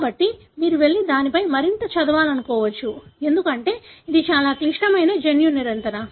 కాబట్టి మీరు వెళ్ళి దానిపై మరింత చదవాలనుకోవచ్చు ఎందుకంటే ఇది చాలా క్లిష్టమైన జన్యు నియంత్రణ